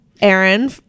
aaron